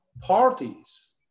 parties